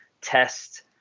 test